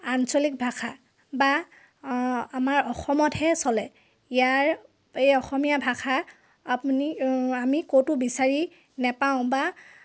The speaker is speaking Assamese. আঞ্চলিক ভাষা বা আমাৰ অসমতহে চলে ইয়াৰ এই অসমীয়া ভাষা আপুনি আমি ক'তো বিচাৰি নেপাওঁ বা